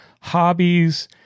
hobbies